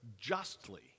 justly